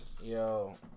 Yo